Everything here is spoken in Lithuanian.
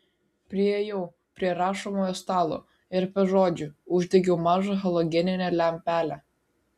priėjau prie rašomojo stalo ir be žodžių uždegiau mažą halogeninę lempelę